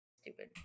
stupid